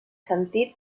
sentit